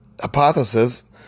hypothesis